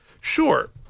sure